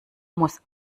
muss